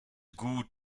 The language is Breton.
gouzout